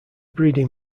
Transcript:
breeding